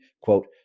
quote